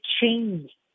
change